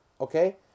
okay